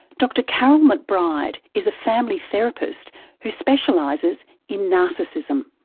dr karyl mcbride is a family therapist who specialises in narcissism.